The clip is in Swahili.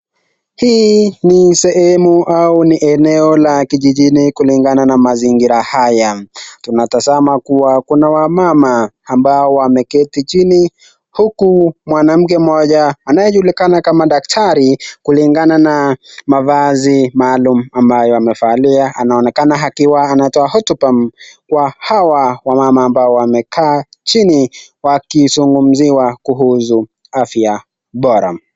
Hii ni sehemu au ni eneo la kijijini kulingana na mazingira haya. Tunatazama kuwa kuna wamama ambao wameketi chini huku mwanamke mmoja anayejulikana kama daktari kulingana na mavazi maalum ambayo amevalia anaonekana akiwa anatoa hotuba kwa hawa wamama ambao wamekaa chini wakizungumziwa kuhusu afya bora.